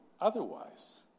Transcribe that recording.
otherwise